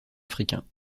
africain